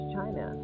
China